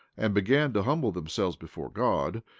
and began to humble themselves before god,